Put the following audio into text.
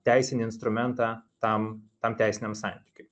teisinį instrumentą tam tam teisiniam santykiui